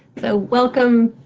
so welcome,